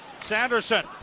Sanderson